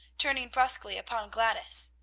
turning brusquely upon gladys.